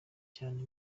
cyane